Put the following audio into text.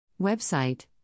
Website